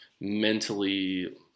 mentally